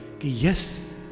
yes